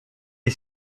est